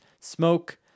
smoke